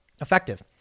effective